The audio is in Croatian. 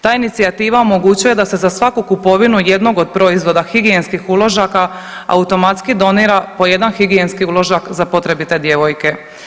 Ta inicijativa omogućuje da se za svaku kupovinu jednog od proizvoda higijenskih uložaka, automatski donira po jedan higijenski uložak za potrebite djevojke.